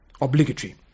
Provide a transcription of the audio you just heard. Obligatory